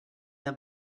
the